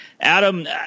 Adam